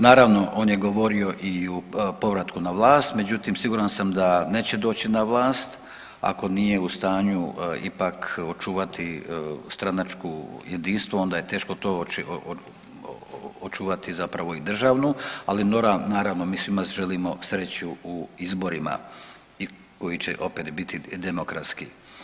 Naravno on je govorio i u povratku na vlast, međutim siguran sam da neće doći na vlast ako nije u stanju ipak očuvati stranačku jedinstvo onda je teško očuvati zapravo i državnu, ali naravno mi svima želimo sreću u izborima koji će opet biti demokratski.